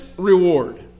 reward